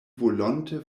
volonte